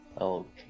Okay